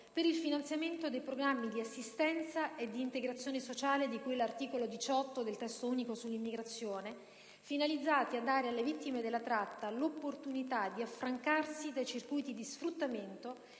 per il finanziamento dei programmi di assistenza ed integrazione sociale di cui all'articolo 18 del Testo unico sull'immigrazione, finalizzati a dare alle vittime della tratta l'opportunità di affrancarsi dai circuiti di sfruttamento